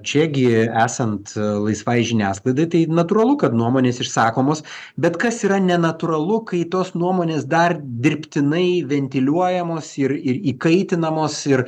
čia gi esant laisvai žiniasklaidai tai natūralu kad nuomonės išsakomos bet kas yra nenatūralu kai tos nuomonės dar dirbtinai ventiliuojamos ir ir įkaitinamos ir